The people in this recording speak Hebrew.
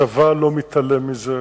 הצבא לא מתעלם מזה,